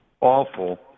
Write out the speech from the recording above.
awful